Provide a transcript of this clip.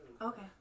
Okay